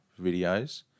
videos